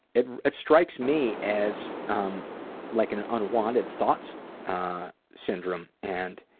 it it strikes me as um like an an unwanted thoughts syndrome, and